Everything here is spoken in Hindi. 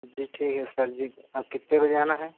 जी ठीक है सर जी और कितने बजे आना है